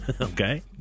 okay